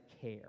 care